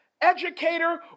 Educator